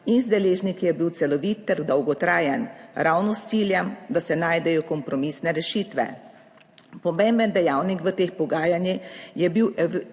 z deležniki je bil celovit ter dolgotrajen, ravno s ciljem, da se najdejo kompromisne rešitve. Pomemben dejavnik v teh pogajanjih je bil opomin